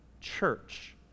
church